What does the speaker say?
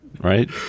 right